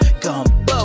Gumbo